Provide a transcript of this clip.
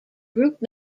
group